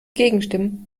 gegenstimmen